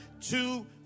two